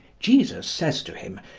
jesus says to him,